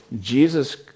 Jesus